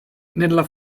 nella